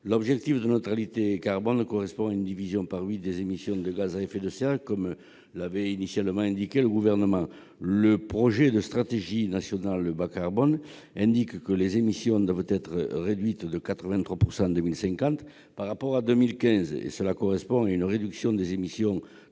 Atteindre la neutralité carbone suppose de diviser par huit les émissions de gaz à effet de serre, comme l'avait initialement indiqué le Gouvernement. Le projet de Stratégie nationale bas-carbone, ou SNBC, indique que les émissions doivent être réduites de 83 % en 2050 par rapport à 2015. Cela correspond à une réduction des émissions de